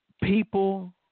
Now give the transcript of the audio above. People